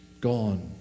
Gone